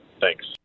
thanks